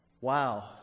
wow